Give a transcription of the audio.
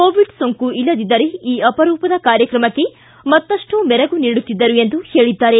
Covid ಸೋಂಕು ಇಲ್ಲದಿದ್ದರೆ ಈ ಅಪರೂಪದ ಕಾರ್ಯಕ್ರಮಕ್ಕೆ ಮತ್ತಷ್ಟು ಮೆರಗು ನೀಡುತ್ತಿದ್ದರು ಎಂದು ಹೇಳಿದ್ದಾರೆ